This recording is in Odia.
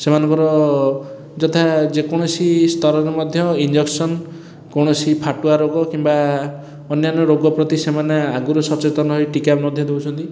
ସେମାନଙ୍କର ଯଥା ଯେକୌଣସି ସ୍ତରରେ ମଧ୍ୟ ଇଞ୍ଜେକ୍ସନ୍ କୌଣସି ଫାଟୁଆରୋଗ କିମ୍ବା ଅନ୍ୟାନ୍ୟ ରୋଗପ୍ରତି ସେମାନେ ଆଗରୁ ସଚେତନ ହୋଇ ଟୀକା ମଧ୍ୟ ଦେଉଛନ୍ତି